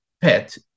pet